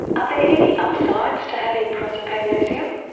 are there any upsides to having prosopagnosia?